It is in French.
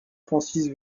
francis